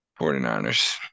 49ers